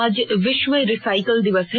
आज विश्व रिसाइकल दिवस है